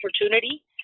opportunity